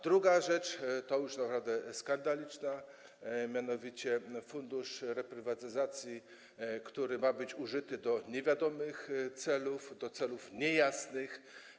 Druga rzecz jest już naprawdę skandaliczna, chodzi mianowicie o Fundusz Reprywatyzacji, który ma być użyty do niewiadomych celów, do celów niejasnych.